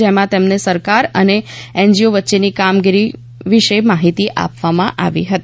જેમાં તેમને સરકાર અને એનજીઓ વચ્ચેની કામગીરી વિશે માહિતી આપવામાં આવી હતી